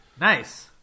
nice